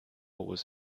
was